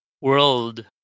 world